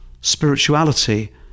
spirituality